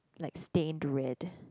like stained red